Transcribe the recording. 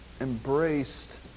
embraced